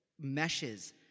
meshes